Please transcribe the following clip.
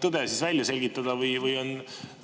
tõde välja selgitada? Või